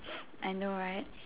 I know right